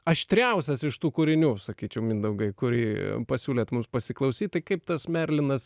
aštriausias iš tų kūrinių sakyčiau mindaugai kurį pasiūlėt mums pasiklausyt tai kaip tas merlinas